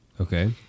Okay